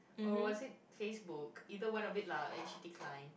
or was it Facebook either one of it lah and she decline